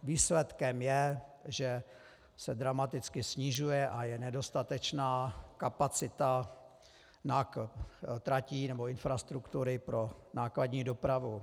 Výsledkem je, že se dramaticky snižuje a je nedostatečná kapacita tratí nebo infrastruktury pro nákladní dopravu.